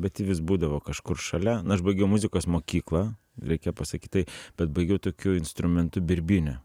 bet ji vis būdavo kažkur šalia na aš baigiau muzikos mokyklą reikia pasakyt tai bet baigiau tokiu instrumentu birbyne